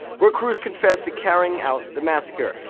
where cruz confessed to carrying out the massacre.